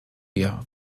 wir